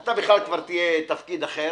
אתה כבר תהיה בתפקיד אחר.